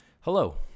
hello